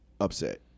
upset